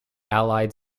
allied